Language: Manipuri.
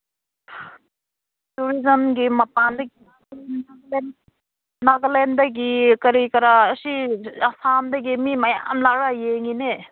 ꯇꯨꯔꯤꯖꯝꯒꯤ ꯃꯄꯥꯟꯗꯒꯤ ꯅꯥꯒꯥꯂꯦꯟꯗꯒꯤ ꯀꯔꯤ ꯀꯔꯥ ꯑꯁꯤ ꯑꯁꯥꯝꯗꯒꯤ ꯃꯤ ꯃꯌꯥꯝ ꯂꯥꯛꯂꯒ ꯌꯦꯡꯂꯤꯅꯦ